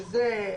שזה,